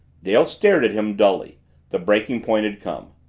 dale stared at him, dully the breaking point had come.